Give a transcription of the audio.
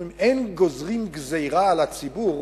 אומרים: אין גוזרים גזירה על הציבור,